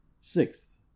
Sixth